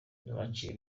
baciye